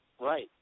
right